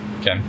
Okay